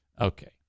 Okay